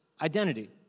identity